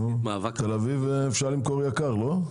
בתל-אביב אפשר למכור ביוקר, לא?